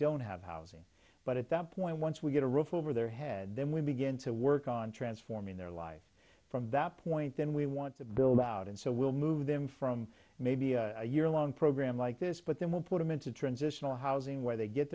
don't have housing but at that point once we get a roof over their head then we begin to work on transforming their life from that point then we want to build out and so we'll move them from maybe a year long program like this but then we'll put them into transition housing where they get